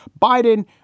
Biden